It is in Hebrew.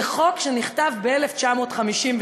זה חוק שנכתב ב-1958,